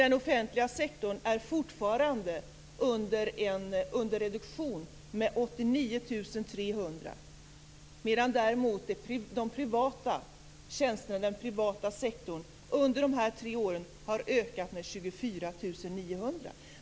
Den privata sektorn har däremot under de här tre åren ökat med 24 900.